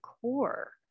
core